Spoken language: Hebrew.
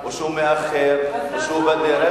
או שהוא מאחר או שהוא בדרך,